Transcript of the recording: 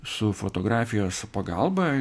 su fotografijos pagalba